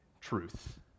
truth